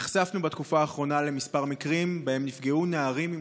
נחשפנו בתקופה האחרונה לכמה מקרים שבהם נפגעו נערים עם